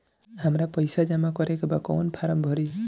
हमरा पइसा जमा करेके बा कवन फारम भरी?